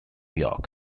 york